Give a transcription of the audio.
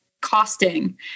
costing